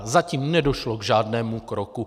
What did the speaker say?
Zatím nedošlo k žádnému kroku.